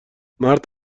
مرد